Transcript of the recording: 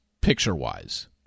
picture-wise